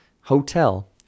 hotel